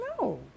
no